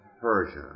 Persia